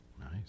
Nice